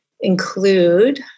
include